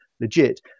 legit